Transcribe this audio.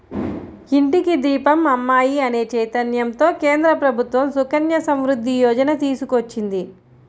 ఇంటికి దీపం అమ్మాయి అనే చైతన్యంతో కేంద్ర ప్రభుత్వం సుకన్య సమృద్ధి యోజన తీసుకొచ్చింది